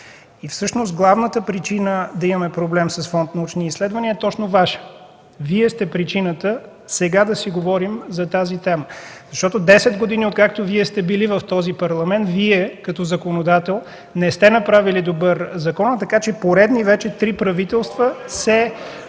Всъщност главната причина да имаме проблем с Фонд „Научни изследвания” е точно Ваша – Вие сте причината сега да си говорим за тази тема. Десет години откакто Вие сте били в този Парламент – Вие, като законодател, не сте направили добър закон, така че вече три поредни правителства (шум